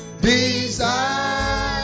desire